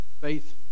Faith